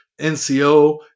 NCO